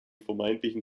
vermeintlichen